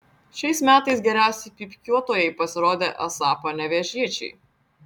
šiais metais geriausi pypkiuotojai pasirodė esą panevėžiečiai